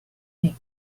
make